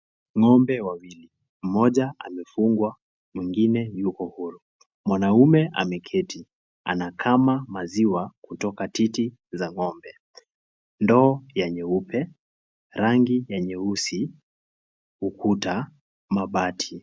Ngombe wawili, mmoja amefungwa mwingine yuko huru. Mwanaume ameketi anakama maziwa kutoka titi za ngombe, ndoo ya nyeupe, rangi ya nyeusi ukuta mabati.